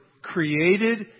Created